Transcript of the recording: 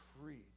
free